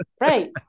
right